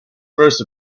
first